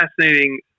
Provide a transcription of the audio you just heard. fascinating